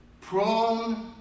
prone